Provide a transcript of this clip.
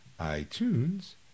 iTunes